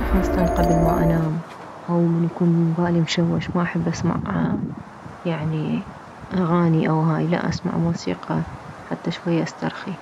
وخاصة قبل ما انام او من يكون بالي مشوش ما احب اسمع يعني اغاني او هاي لا اسمع موسيقى حتى شوية استرخي